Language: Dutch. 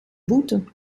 boete